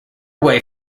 away